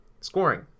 scoring